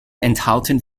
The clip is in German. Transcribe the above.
enthalten